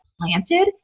planted